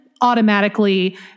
automatically